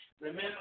Remember